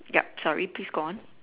yup sorry please go on